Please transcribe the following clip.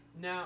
Now